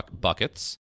buckets